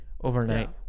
overnight